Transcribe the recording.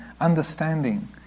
understanding